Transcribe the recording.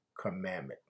commandment